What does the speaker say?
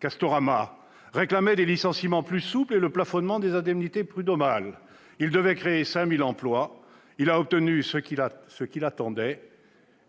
Castorama, réclamait des licenciements plus souples et le plafonnement des indemnités prud'homales, et devait en retour créer 5 000 emplois. Le groupe a obtenu ce qu'il attendait,